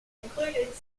included